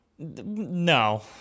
No